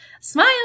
smile